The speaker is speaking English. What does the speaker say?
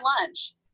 lunch